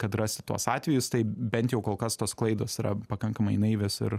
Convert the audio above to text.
kad rasti tuos atvejus tai bent jau kol kas tos klaidos yra pakankamai naivios ir